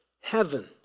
heaven